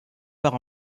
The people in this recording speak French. par